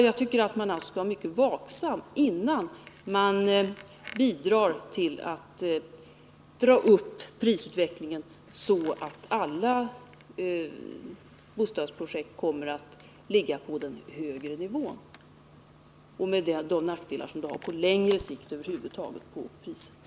Jag tycker därför att man skall vara mycket uppmärksam på detta och inte bidra till att dra upp prisutvecklingen så att alla bostadsprojekt kommer att ligga på den högre nivån med de nackdelar detta får på längre sikt och på prisutvecklingen över huvud taget.